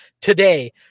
today